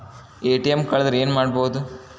ATM ಕಳದ್ರ ಏನು ಮಾಡೋದು?